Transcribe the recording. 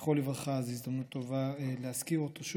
זכרו לברכה, אז זו הזדמנות טובה להזכיר אותו שוב,